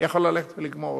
יכול ללכת ולגמור אותם,